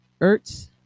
Ertz